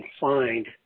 find